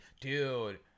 dude